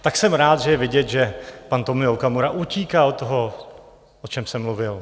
Tak jsem rád, že je vidět, že pan Tomio Okamura utíkal od toho, o čem jsem mluvil.